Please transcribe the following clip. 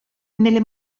nelle